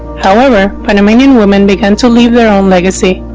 however panamanian women began to leave their own legacy.